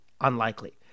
unlikely